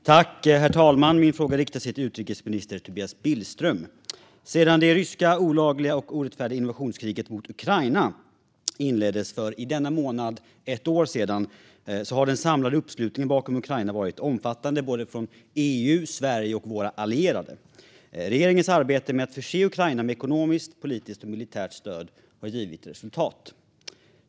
Herr talman! Min fråga riktas till utrikesminister Tobias Billström. Sedan det ryska olagliga och orättfärdiga invasionskriget mot Ukraina inleddes för i denna månad ett år sedan har den samlade uppslutningen bakom Ukraina varit omfattande från såväl EU som Sverige och våra allierade. Regeringens arbete med att förse Ukraina med ekonomiskt, politiskt och militärt stöd har gett resultat.